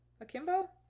Akimbo